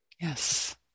Yes